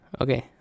Okay